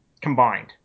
Combined